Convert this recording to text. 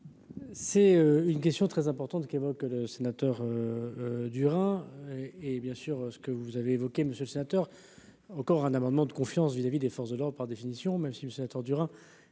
C'est une question très importante, qui évoque le sénateur durera et bien sûr ce que vous avez évoqué, monsieur le sénateur encore un amendement de confiance vis-à-vis des forces de l'or par définition même si sénateur torture